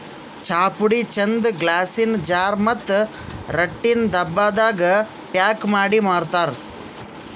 ಚಾಪುಡಿ ಚಂದ್ ಗ್ಲಾಸಿನ್ ಜಾರ್ ಮತ್ತ್ ರಟ್ಟಿನ್ ಡಬ್ಬಾದಾಗ್ ಪ್ಯಾಕ್ ಮಾಡಿ ಮಾರ್ತರ್